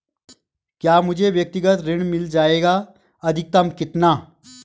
क्या मुझे व्यक्तिगत ऋण मिल जायेगा अधिकतम कितना?